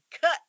cut